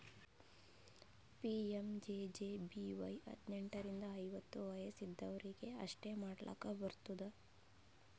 PMJJBY ಹದ್ನೆಂಟ್ ರಿಂದ ಐವತ್ತ ವಯಸ್ ಇದ್ದವ್ರಿಗಿ ಅಷ್ಟೇ ಮಾಡ್ಲಾಕ್ ಬರ್ತುದ